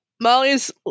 Molly's